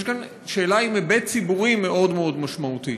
יש כאן שאלה עם היבט ציבורי מאוד מאוד משמעותי.